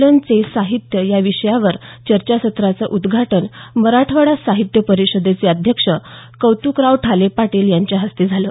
लं चे साहित्य या विषयावरील चर्चासत्राचं उद्घाटन मराठवाडा साहित्य परिषदेचे अध्यक्ष कौतिकराव ठाले पाटील यांच्या हस्ते झालं